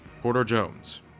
Porter-Jones